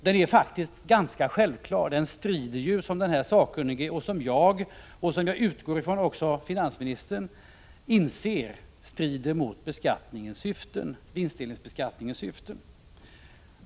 Den är faktiskt ganska självklar, den strider ju, som denne sakkunnige och som jag och — det utgår jag från — även finansministern inser, mot vinstdelningsbeskattningens syften.